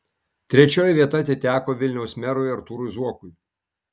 trečioji vieta atiteko vilniaus merui artūrui zuokui